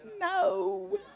No